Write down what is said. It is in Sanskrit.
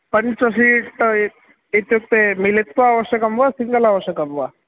पञ्च सीट् इत्युक्ते मिलित्वा आवश्यकं वा सिंगल् अवश्यकं वा